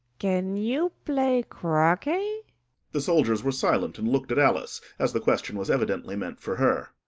can you play croquet the soldiers were silent, and looked at alice, as the question was evidently meant for her.